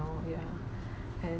yeah and